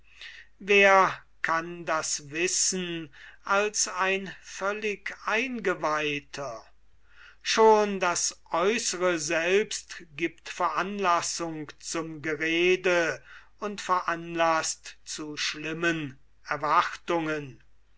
wer kann das wissen als ein völlig eingeweihter schon das aeußere selbst gibt veranlassung zum gerede und veranlaßt zu schlimmen erwartungen